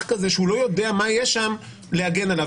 כזה שהוא לא יודע מה יש שם להגן עליו.